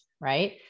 right